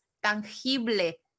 tangible